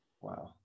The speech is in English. Wow